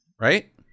Right